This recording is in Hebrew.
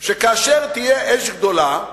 שכאשר תהיה אש גדולה,